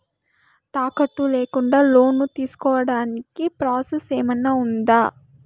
తాకట్టు లేకుండా లోను తీసుకోడానికి ప్రాసెస్ ఏమన్నా ఉందా?